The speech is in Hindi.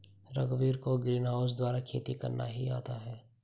रघुवीर को ग्रीनहाउस द्वारा खेती करना नहीं आता है